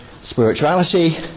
spirituality